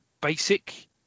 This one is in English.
basic